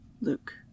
Luke